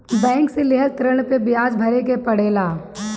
bank से लेहल ऋण पे बियाज भरे के पड़ेला